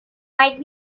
might